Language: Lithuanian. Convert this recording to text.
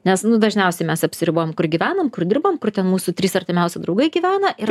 nes nu dažniausiai mes apsiribojam kur gyvenam kur dirbam kur ten mūsų trys artimiausi draugai gyvena ir